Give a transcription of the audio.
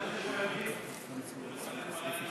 מסירים.